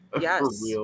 yes